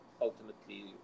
ultimately